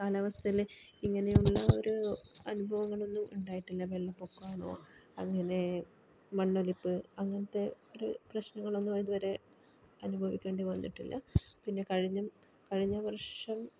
കാലാവസ്ഥയിൽ ഇങ്ങനെയുള്ള ഒരു അനുഭവങ്ങളൊന്നും ഉണ്ടായിട്ടില്ല വെള്ളപ്പൊക്കം അങ്ങനെ മണ്ണൊലിപ്പ് അങ്ങനത്തെ ഒരു പ്രശ്നങ്ങളൊന്നും ഇതുവരെ അനുഭവിക്കേണ്ടി വന്നിട്ടില്ല പിന്നെ കഴിഞ്ഞ കഴിഞ്ഞവർഷം